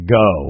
go